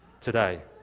today